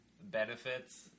benefits